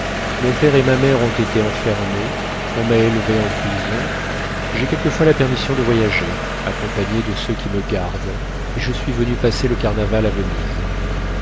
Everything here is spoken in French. mon père et ma mère ont été enfermés on m'a élevé en prison j'ai quelquefois la permission de voyager accompagné de ceux qui me gardent et je suis venu passer le carnaval à venise